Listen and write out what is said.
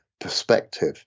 perspective